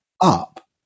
up